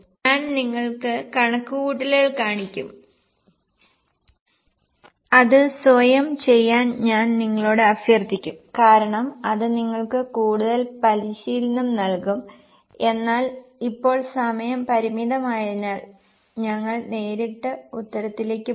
ഞാൻ നിങ്ങൾക്ക് കണക്കുകൂട്ടലുകൾ കാണിക്കും അത് സ്വയം ചെയ്യാൻ ഞാൻ നിങ്ങളോട് അഭ്യർത്ഥിക്കും കാരണം അത് നിങ്ങൾക്ക് കൂടുതൽ പരിശീലനം നൽകും എന്നാൽ ഇപ്പോൾ സമയം പരിമിതമായതിനാൽ ഞങ്ങൾ നേരിട്ട് ഉത്തരത്തിലേക്ക് പോകും